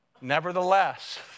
Nevertheless